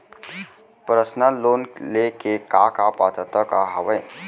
Personal loan ले के का का पात्रता का हवय?